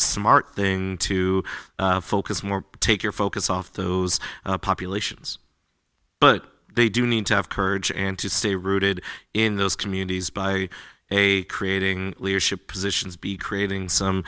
smart thing to focus more take your focus off those populations but they do need to have courage and to say rooted in those communities by a creating leadership positions be creating some